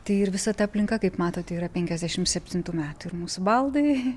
tai ir visa ta aplinka kaip matote yra penkiasdešim septintų metų ir mūsų baldai